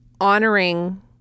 honoring